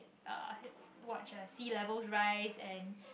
uh watch our sea levels rise and